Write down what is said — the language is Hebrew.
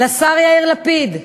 לשר יאיר לפיד,